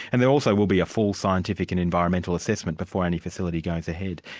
and there also will be a full scientific and environmental assessment before any facility goes ahead.